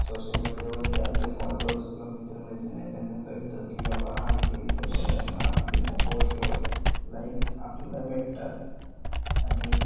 social मीडियावरती आपले followers किंवा मित्र मैत्रिणी आहे त्यांना कळतं की बाबा हा इथं इथं गेला आहे मग आपलं त्या पोस्टवर लाईक आपल्याला भेटतात आणि